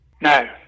No